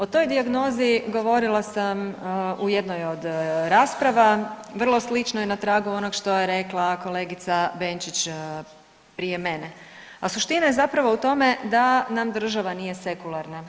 O toj dijagnozi govorila sam u jednoj od rasprava vrlo sličnoj na tragu onoga što je rekla kolegica Benčić prije mene, a suština je zapravo u tome da nam država nije sekularna.